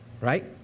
Right